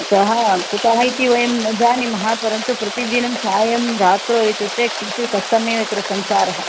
अतः कुतः इति वयं न जानीमः परन्तु प्रतिदिनं सायं रात्रौ इत्युक्ते किञ्चित् कस्तमेवत्र सञ्चारः